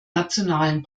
nationalen